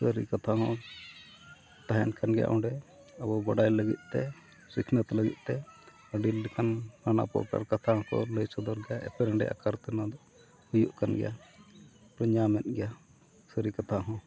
ᱥᱟᱹᱨᱤ ᱠᱟᱛᱷᱟ ᱦᱚᱸ ᱛᱟᱦᱮᱸᱱ ᱠᱟᱱ ᱜᱮᱭᱟ ᱚᱸᱰᱮ ᱟᱵᱚ ᱵᱟᱰᱟᱭ ᱞᱟᱹᱜᱤᱫ ᱛᱮ ᱥᱤᱠᱷᱱᱟᱹᱛ ᱞᱟᱹᱜᱤᱫᱛᱮ ᱟᱹᱰᱤ ᱞᱮᱠᱟᱱ ᱱᱟᱱᱟ ᱯᱨᱚᱠᱟᱨ ᱠᱟᱛᱷᱟ ᱦᱚᱸᱠᱚ ᱞᱟᱹᱭ ᱥᱚᱫᱚᱨ ᱜᱮᱭᱟ ᱮᱯᱮᱨᱼᱦᱮᱸᱰᱮᱡ ᱟᱠᱟᱨᱛᱮ ᱚᱱᱟ ᱫᱚ ᱦᱩᱭᱩᱜ ᱠᱟᱱ ᱜᱮᱭᱟ ᱵᱚᱱ ᱧᱟᱢᱮᱫ ᱜᱮᱭᱟ ᱥᱟᱹᱨᱤ ᱠᱟᱛᱷᱟ ᱦᱚᱸ